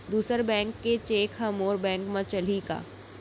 दूसर बैंक के चेक ह मोर बैंक म चलही का?